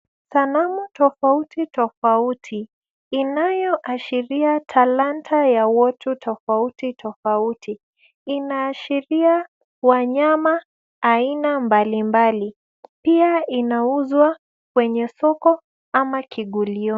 Sanamu tofauti tofauti inayoashiria talanta ya watu tofauti tofauti. Inaashiria wanyama aina mbalimbali. Pia inauzwa kwenye soko ama kiungulioni.